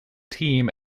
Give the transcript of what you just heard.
team